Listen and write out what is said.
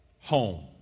home